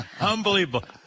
Unbelievable